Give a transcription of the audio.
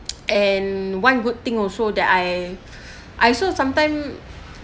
and one good thing also that I I also sometime